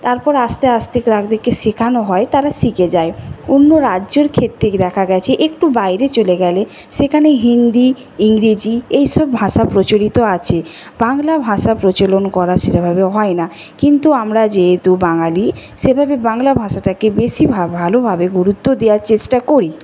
তারপর আস্তে আস্তে তাদেরকে শেখানো হয় তারা শিখে যায় অন্য রাজ্যর ক্ষেত্রে গিয়ে দেখা গেছে একটু বাইরে চলে গেলে সেখানে হিন্দি ইংরেজি এইসব ভাষা প্রচলিত আছে বাংলা ভাষা প্রচলন করা সেভাবে হয় না কিন্তু আমরা যেহেতু বাঙালি সেইভাবে বাংলা ভাষাটাকে বেশি ভালোভাবে গুরুত্ব দেওয়ার চেষ্টা করি